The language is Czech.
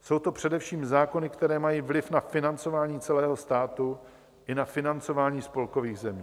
Jsou to především zákony, které mají vliv na financování celého státu i na financování spolkových zemí.